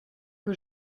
que